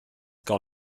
gar